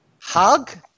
hug